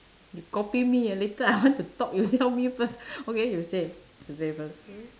you copy me ah later I want to talk you tell me first okay you say you say first